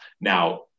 Now